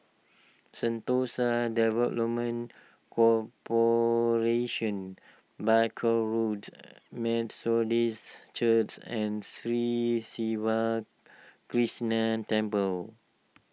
Sentosa Development Corporation Barker Road Methodist Church and Sri Siva Krishna Temple